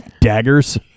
daggers